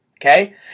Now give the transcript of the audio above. Okay